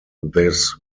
this